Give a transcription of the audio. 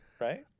Right